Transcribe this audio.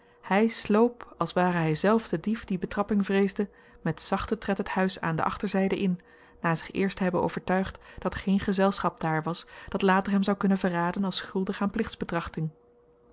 hy sloop als ware hyzelf de dief die betrapping vreesde met zachten tred het huis aan de achterzyde in na zich eerst te hebben overtuigd dat geen gezelschap daar was dat later hem zou kunnen verraden als schuldig aan